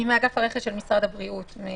היא מאגף הרכש של משרד הבריאות.